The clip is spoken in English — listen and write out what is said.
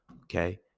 Okay